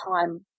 time